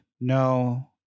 No